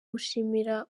gushimira